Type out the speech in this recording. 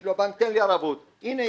יגידו לו הבנק: תן לי ערבות הינה,